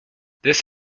this